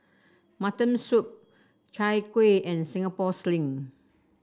Mutton Soup Chai Kueh and Singapore Sling